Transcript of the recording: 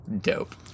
dope